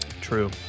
True